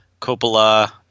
Coppola